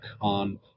on